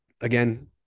again